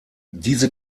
diese